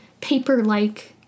paper-like